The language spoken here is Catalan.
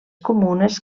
comunes